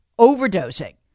overdosing